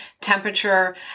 temperature